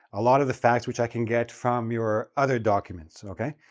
a lot of the facts which i can get from your other documents, okay,